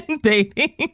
dating